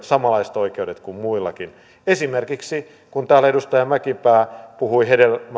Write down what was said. samanlaiset oikeudet kuin muillakin esimerkiksi kun täällä edustaja mäkipää puhui